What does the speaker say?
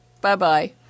Bye-bye